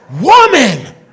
Woman